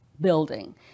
building